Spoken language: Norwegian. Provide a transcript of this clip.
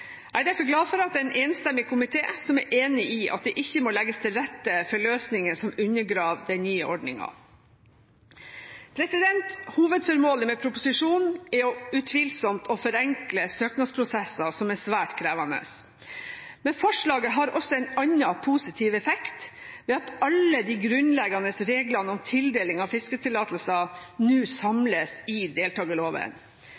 Jeg er derfor glad for at en enstemmig komité er enig i at det ikke må legges til rette for løsninger som undergraver den nye ordningen. Hovedformålet med proposisjonen er utvilsomt å forenkle søknadsprosesser som er svært krevende. Men forslaget har også en annen positiv effekt ved at alle de grunnleggende reglene om tildeling av fisketillatelser nå samles i deltakerloven.